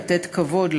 לתת כבוד,